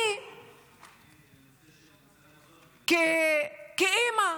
אני כאימא,